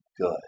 good